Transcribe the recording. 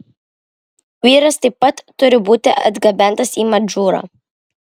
vyras taip pat turi būti atgabentas į madžūrą